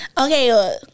okay